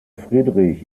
friedrich